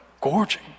gorging